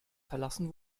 verlassen